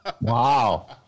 Wow